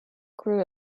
grew